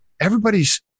everybody's